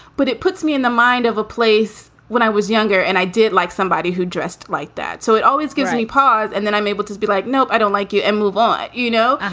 but it puts me in the mind of a place when i was younger and i did like somebody who dressed like that. so it always gives me pause. and then i'm able to be like, nope, i don't like you and move on you know,